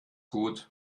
gut